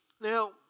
Now